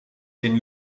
den